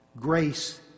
grace